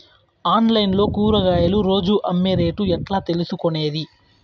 Online లో కూరగాయలు రోజు అమ్మే రేటు ఎట్లా తెలుసుకొనేది?